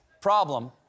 problem